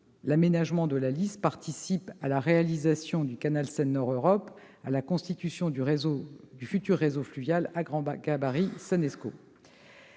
l'aménagement de la Lys participe à la réalisation du canal Seine-Nord Europe et à la constitution du futur réseau fluvial à grand gabarit Seine-Escaut.